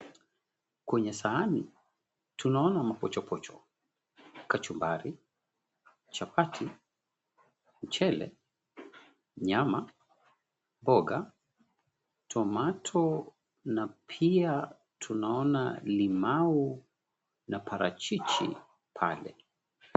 Kwenye sahani, tunaona mapochopocho, kachumbari, chapati, mchele, nyama, mboga, tomato, na pia tunaona limau na parachichi.